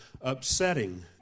upsetting